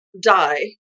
die